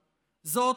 זאת,